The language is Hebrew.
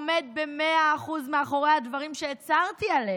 עומד במאה אחוז מאחורי הדברים שהצהרתי עליהם,